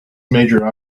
major